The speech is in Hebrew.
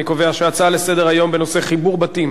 אני קובע שההצעה לסדר-היום בנושא חיבור בתים